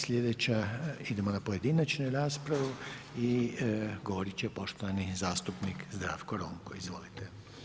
Slijedeća, idemo na pojedinačne rasprave i govorit će poštovani zastupnik Zdravko Ronko, izvolite.